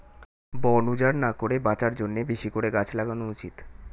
বন উজাড় না করে বাঁচার জন্যে বেশি করে গাছ লাগানো উচিত